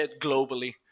globally